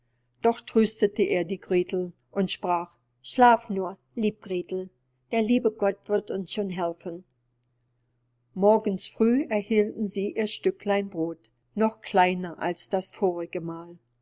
doch tröstete er die gretel und sprach schlaf nur lieb gretel der liebe gott wird uns schon helfen morgens früh erhielten sie ihr stücklein brod noch kleiner als das vorigemal auf